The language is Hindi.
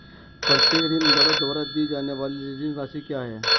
प्रत्येक ऋणदाता द्वारा दी जाने वाली ऋण राशि क्या है?